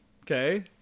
okay